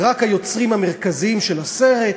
ורק היוצרים המרכזיים של הסרט,